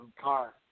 car